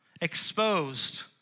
Exposed